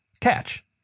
Catch